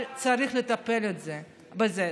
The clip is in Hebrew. צריך לטפל בזה.